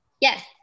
Yes